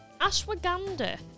Ashwagandha